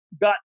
got